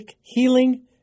Healing